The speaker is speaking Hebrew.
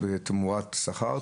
תמורת שכר,